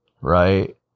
right